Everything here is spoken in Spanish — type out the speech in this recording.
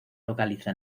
localiza